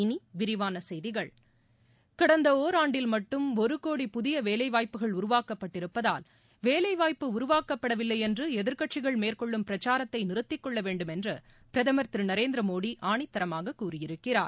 இனி விரிவான செய்திகள் கடந்த ஒராண்டில் மட்டுமே ஒரு கோடி புதிய வேலைவாய்ப்புகள் உருவாக்கப்பட்டிருப்பதால் வேலைவாய்ப்பு உருவாக்கப்படவில்லை என்று எதிர்க்கட்சிகள் மேற்கொள்ளும் பிரச்சாரத்தை நிறுத்திக் கொள்ள வேண்டும் என்று பிரதமர் திரு நரேந்திர மோடி ஆணித்தரமாக கூறியிருக்கிறார்